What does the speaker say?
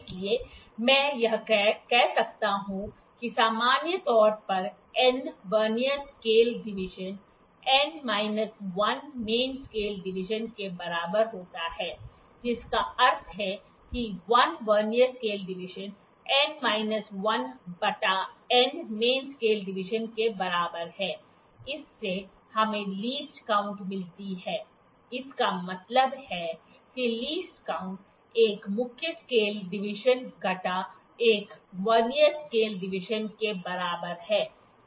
इसलिए मैं कह सकता हूं कि सामान्य तौर पर n vernier scale division n minus 1 main scale division के बराबर होता है जिसका अर्थ है कि 1 vernier scale division n minus 1 बटा n मेन स्केल डिवीजन के बराबर है इससे हमें लीस्ट काऊंट मिलती है इसका मतलब है कि लीस्ट काऊंट 1 मुख्य स्केल डिवीजन घटा 1 वर्नियर स्केल डिवीजन के बराबर है